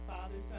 Father